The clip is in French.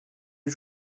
vue